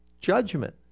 judgment